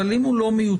אבל אם הוא לא מיוצג,